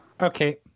Okay